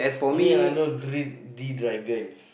only I know three G-Dragon